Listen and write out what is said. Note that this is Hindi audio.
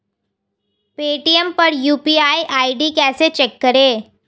पेटीएम पर यू.पी.आई आई.डी कैसे चेक करें?